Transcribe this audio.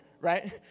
right